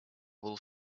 wool